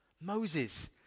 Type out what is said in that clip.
Moses